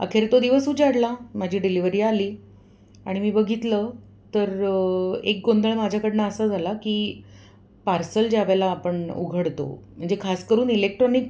अखेर तो दिवस उजाडला माझी डिलिवरी आली आणि मी बघितलं तर एक गोंधळ माझ्याकडून असा झाला की पार्सल ज्या वेळेला आपण उघडतो म्हणजे खास करून इलेक्ट्रॉनिक